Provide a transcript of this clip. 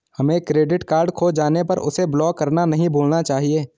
हमें credit card खो जाने पर उसे ब्लॉक करना नहीं भूलना चाहिए